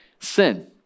sin